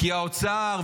כי האוצר,